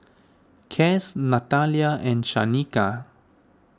Cass Natalya and Shanika